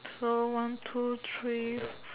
so one two three